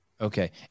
Okay